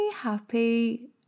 happy